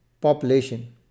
population